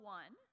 one